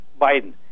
Biden